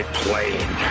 plane